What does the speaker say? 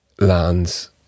Lands